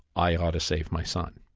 i ought to save my son.